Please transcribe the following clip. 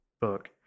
book